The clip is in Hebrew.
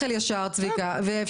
יש חוזר מנכ"ל של משרד הבריאות.